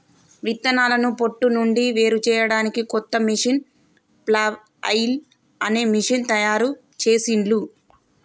విత్తనాలను పొట్టు నుండి వేరుచేయడానికి కొత్త మెషీను ఫ్లఐల్ అనే మెషీను తయారుచేసిండ్లు